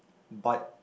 but